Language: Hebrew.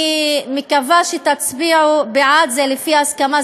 אני מקווה שתצביעו בעד זה לפי הסכמה,